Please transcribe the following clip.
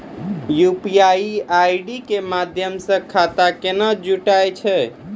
UPI के माध्यम से खाता केना जुटैय छै?